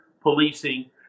policing